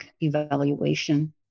evaluation